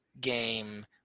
game